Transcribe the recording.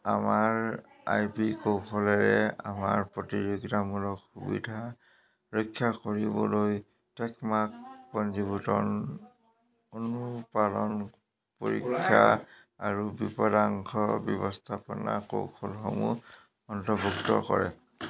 আমাৰ I P কৌশলে আমাৰ প্ৰতিযোগিতামূলক সুবিধা ৰক্ষা কৰিবলৈ ট্ৰেডমাৰ্ক পঞ্জীয়ন অনুপালন পৰীক্ষা আৰু বিপদাশংকা ব্যৱস্থাপনা কৌশলসমূহ অন্তৰ্ভুক্ত কৰে